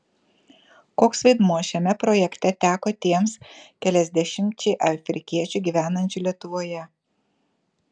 koks vaidmuo šiame projekte teko tiems keliasdešimčiai afrikiečių gyvenančių lietuvoje